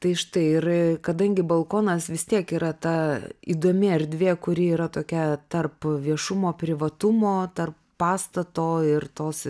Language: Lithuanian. tai štai ir kadangi balkonas vis tiek yra ta įdomi erdvė kuri yra tokia tarp viešumo privatumo tarp pastato ir tos